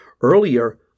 Earlier